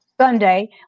Sunday